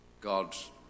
God's